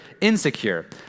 insecure